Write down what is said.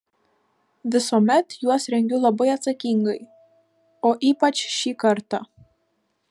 visuomet juos rengiu labai atsakingai o ypač šį kartą